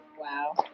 Wow